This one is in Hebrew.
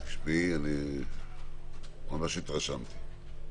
תשמעי, ממש התרשמתי.